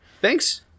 Thanks